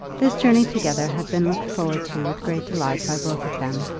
this journey together had been looked forward to with great delight by both of them,